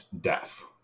death